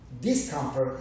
Discomfort